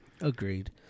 Agreed